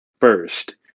first